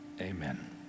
amen